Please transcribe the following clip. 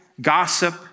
gossip